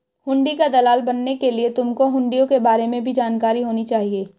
हुंडी का दलाल बनने के लिए तुमको हुँड़ियों के बारे में भी जानकारी होनी चाहिए